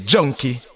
Junkie